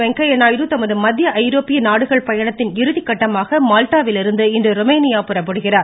வெங்கய்ய நாயுடு தமது மத்திய ஐரோப்பிய நாடுகள் பயணத்தின் இறுதிகட்டமாக மால்டாவிலிருந்து இன்று ருமேனியா புறப்படுகிறார்